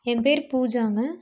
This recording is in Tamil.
என் பேர் பூஜாங்க